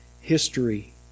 history